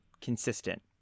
consistent